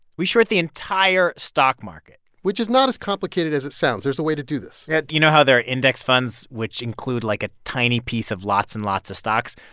we'd short the entire stock market which is not as complicated as it sounds. there's a way to do this yeah you know how there are index funds, which include, like, a tiny piece of lots and lots of stocks?